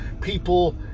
people